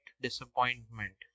disappointment